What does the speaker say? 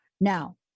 Now